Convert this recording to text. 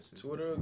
Twitter